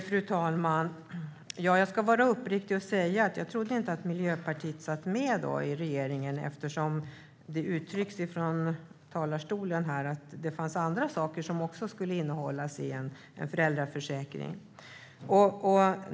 Fru talman! Jag ska vara uppriktig och säga att jag inte trodde att Miljöpartiet satt med i regeringen eftersom det sas från talarstolen att det fanns andra saker som också skulle ingå i en föräldraförsäkring.